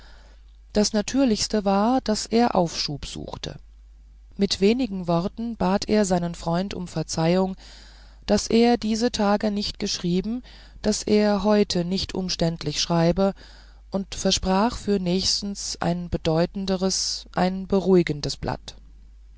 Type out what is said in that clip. das natürlichste war daß er aufschub suchte mit wenig worten bat er seinen freund um verzeihung daß er diese tage nicht geschrieben daß er heut nicht umständlich schreibe und versprach für nächstens ein bedeutenderes ein beruhigendes blatt